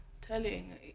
telling